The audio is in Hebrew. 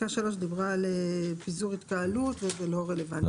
פסקה (3) דיברה על פיזור התקהלות, שזה לא רלוונטי.